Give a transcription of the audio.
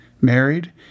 married